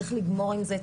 צריך לגמור עם זה,